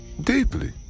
Deeply